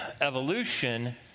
evolution